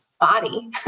body